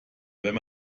wenn